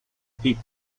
peak